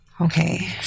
Okay